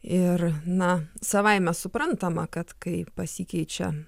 ir na savaime suprantama kad kai pasikeičia